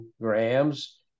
grams